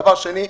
דבר שני,